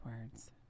words